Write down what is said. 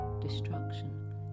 destruction